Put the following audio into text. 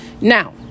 Now